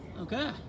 Okay